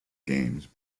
games